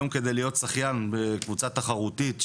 היום כדי להיות שחיין בקבוצה תחרותית,